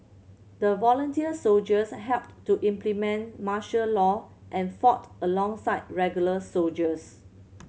the volunteer soldiers helped to implement martial law and fought alongside regular soldiers